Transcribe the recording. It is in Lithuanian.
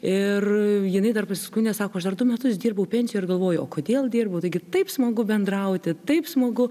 ir jinai dar pasiskundė sako aš dar du metus dirbau pensijoj ir galvojau o kodėl dirbau taigi taip smagu bendrauti taip smagu